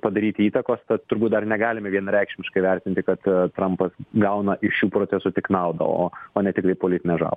padaryti įtakos turbūt dar negalime vienareikšmiškai vertinti kad trampas gauna iš šių procesų tik naudą o ne tiktai politinę žalą